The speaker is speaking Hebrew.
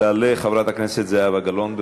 תעלה חברת הכנסת זהבה גלאון.